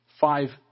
five